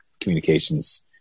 communications